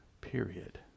period